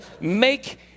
make